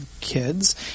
kids